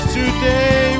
today